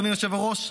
אדוני היושב-ראש,